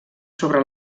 sobre